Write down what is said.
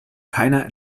keiner